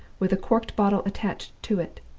with a corked bottle attached to it.